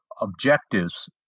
objectives